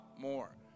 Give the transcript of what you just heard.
more